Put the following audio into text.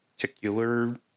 particular